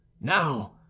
now